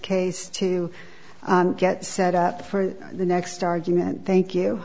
case to get set up for the next argument thank you